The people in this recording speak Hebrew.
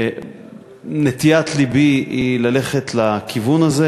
נטיית לבי היא ללכת בכיוון הזה,